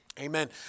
Amen